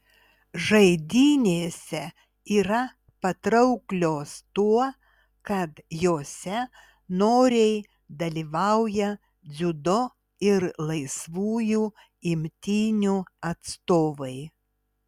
žaidynėse yra patrauklios tuo kad jose noriai dalyvauja dziudo ir laisvųjų imtynių atstovai